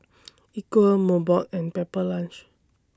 Equal Mobot and Pepper Lunch